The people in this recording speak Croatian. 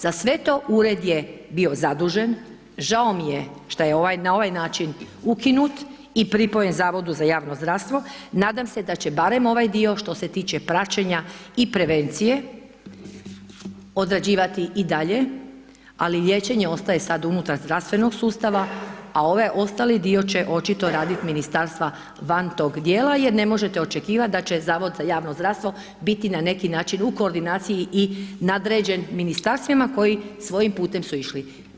Za sve to ured je bio zadužen, žao mi je šta je na ovaj način ukinut i pripojen Zavodu za javno zdravstvo, nadam se da će barem ovaj dio što se tiče praćenja i prevencije odrađivati i dalje, ali liječenje ostaje sad unutar zdravstvenog sustava, a ove ostali dio će očito radit ministarstva van tog dijela jer ne možete očekivati da će Zavod za javno zdravstvo biti na neki način u koordinaciji i nadređen ministarstvima koji svojim putem su išli.